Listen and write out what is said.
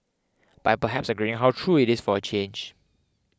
by perhaps agreeing how true it is for a change